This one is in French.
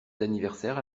d’anniversaire